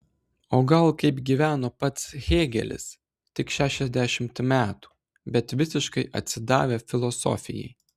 o gal kaip gyveno pats hėgelis tik šešiasdešimt metų bet visiškai atsidavę filosofijai